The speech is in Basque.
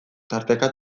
tarteka